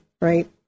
right